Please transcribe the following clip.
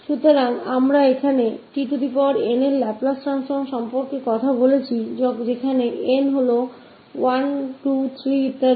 तो यहाँ हम ले जा रहे हैं tn का लाप्लास transform जहां 𝑛 है 1 2 3 आदि